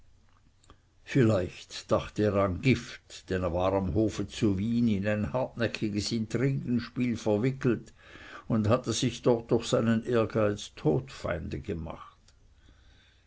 vielleicht dachte er an gift denn er war am hofe zu wien in ein hartnäckiges intrigenspiel verwickelt und hatte sich dort durch seinen ehrgeiz todfeinde gemacht